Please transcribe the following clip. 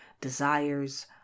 desires